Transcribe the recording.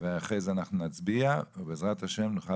ואחרי זה אנחנו נצביע ובעזרת ה' נוכל